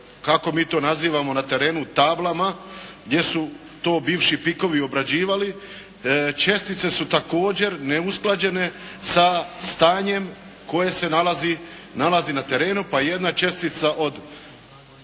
kako mi to nazivamo na terenu, tablama, gdje su to bivši PIK-ovi obrađivali, čestice su također neusklađene sa stanjem koje se nalazi na terenu, pa jedna čestica od